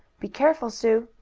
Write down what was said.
be careful, sue!